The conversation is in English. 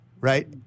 Right